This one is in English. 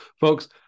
Folks